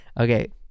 Okay